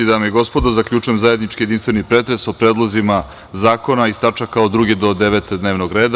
Dame i gospodo, zaključujem zajednički jedinstveni pretres o predlozima zakona iz tačaka od 2. do 9. dnevnog reda.